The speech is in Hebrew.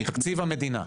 תקציב המדינה?